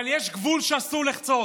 אבל יש גבול שאסור לחצות.